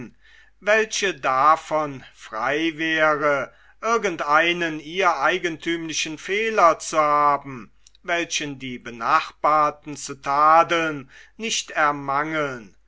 welche davon frei wäre irgend einen ihr eigenthümlichen fehler zu haben welchen die benachbarten zu tadeln nicht ermangeln